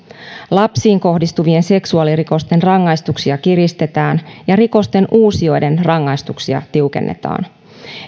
lapsiin kohdistuvien seksuaalirikosten rangaistuksia kiristetään ja rikosten uusijoiden rangaistuksia tiukennetaan